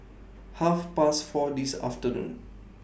Half Past four This afternoon